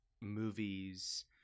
movies